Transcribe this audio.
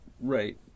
Right